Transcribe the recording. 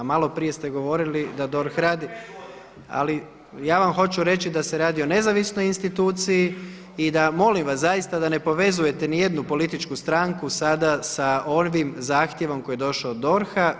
A malo prije ste govorili da DORH … [[Upadica se ne razumije.]] ali ja vam hoću reći da se radi o nezavisnoj instituciji i da molim vas zaista da ne povezujete nijednu političku stranku sada sa ovim zahtjevom koji je došao od DORH-a.